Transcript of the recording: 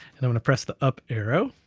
and i'm gonna press the up arrow,